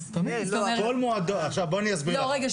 רגע.